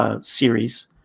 series